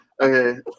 Okay